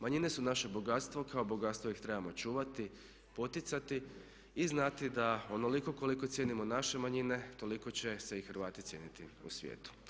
Manjine su naše bogatstvo a kao bogatstvo ih trebamo čuvati, poticati i znati da onoliko koliko cijenimo naše manjine toliko će se i Hrvati cijeniti u svijetu.